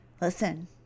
listen